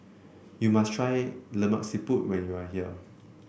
you must try Lemak Siput when you are here